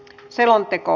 selonteko